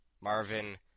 Marvin